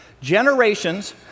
generations